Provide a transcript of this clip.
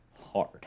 hard